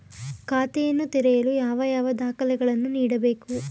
ಖಾತೆಯನ್ನು ತೆರೆಯಲು ಯಾವ ಯಾವ ದಾಖಲೆಗಳನ್ನು ನೀಡಬೇಕು?